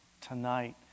tonight